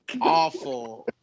awful